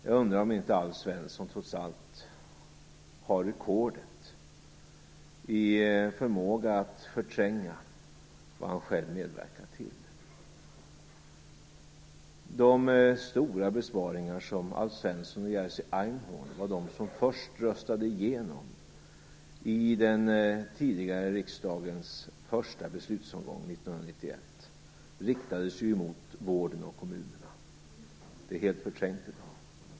Jag undrar om inte Alf Svensson trots allt slår rekordet i förmåga att förtränga vad han själv har medverkat till. De stora besparingar som Alf Svensson och Jerzy Einhorn var de som först röstade igenom i den tidigare riksdagens första beslutsomgång 1991 riktades ju mot vården och kommunerna. Det är helt förträngt i dag.